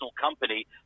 company